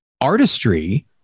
artistry